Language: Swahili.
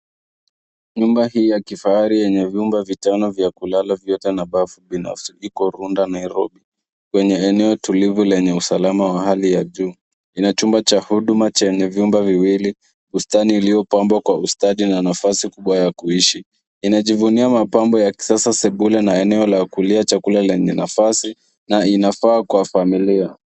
Nyumba hii ya kifahari yenye vyumba vitano vya kulala vyote na bafu binafsi viko Runda, Nairobi. Kwenye eneo tulivu lenye usalama wa hali ya juu. Ina chumba cha huduma chenye vyumba viwili, bustani iliyopambwa kwa ustadi na nafasi kubwa ya kuishi. Inajivunia mapambo ya kisasa sebule na eneo la kulia chakula lenye nafasi na inafaa kwa familia.